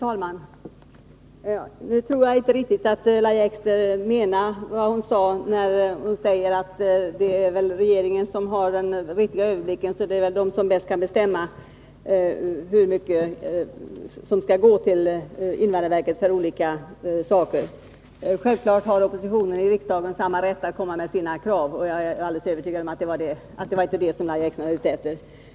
Herr talman! Jag tror inte att Lahja Exner riktigt menade vad hon sade, nämligen att det är regeringen som har den riktiga överblicken och bäst kan bestämma hur mycket som skall gå till invandrarverket för olika ändamål. Självfallet har oppositionen i riksdagen samma rätt att framställa krav ochge Nr 156 uttryck för sina synpunkter som regeringen har. Jag är alldeles övertygad om Torsdagen den att Lahja Exner inte var ute efter att ändra på det.